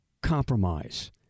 compromise